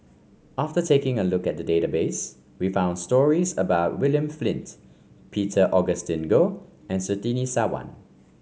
after taking a look at the database we found stories about William Flint Peter Augustine Goh and Surtini Sarwan